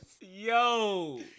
Yo